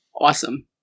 Awesome